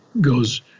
goes